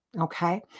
okay